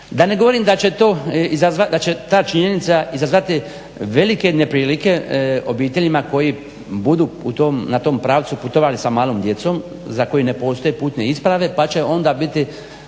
da ne govorim da će ta činjenica izazvati velike neprilike obiteljima koji budu u tom pravcu putovali sa malom djecom za koje ne postoje putne isprave pa će onda biti